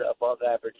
above-average